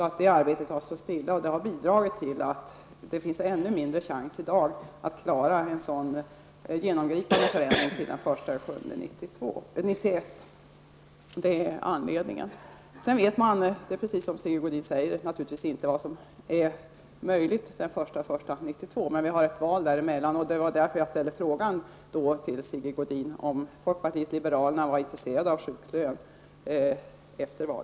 Arbetet har därför stått stilla, och det har bidragit till att det finns ännu mindre chans i dag att klara en sådan genomgripande förändring till den 1 juli 1991. Precis som Sigge Godin säger vet man inte vad som är möjligt den 1 januari 1992. Men det är ett val däremellan. Det var därför jag ställde frågan till